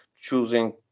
choosing